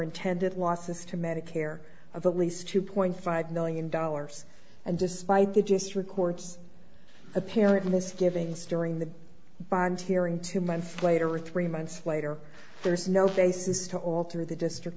intended losses to medicare of at least two point five million dollars and despite the just records apparent misgivings during the bond hearing two months later or three months later there is no basis to alter the district